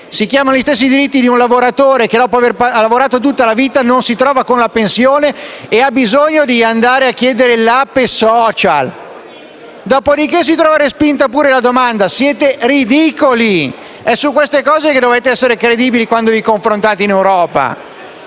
diritti, gli stessi diritti di un lavoratore che, dopo aver lavorato tutta la vita, non ha la pensione e ha bisogno di andare a chiedere l'Ape social, dopodiché si trova respinta pure la domanda. Siete ridicoli! È su queste cose che dovete essere credibili quando vi confrontate in Europa.